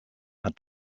had